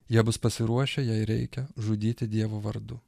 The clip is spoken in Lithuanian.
jie bus pasiruošę jei reikia žudyti dievo vardu